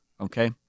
Okay